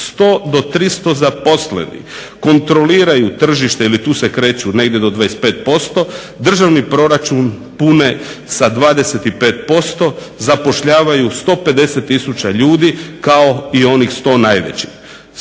100 do 300 zaposlenih kontroliraju tržište ili tu se negdje kreću do 25%, državni proračun pune sa 25%, zapošljavaju 150 tisuća ljudi kao i onih 100 najvećih.